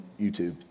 YouTube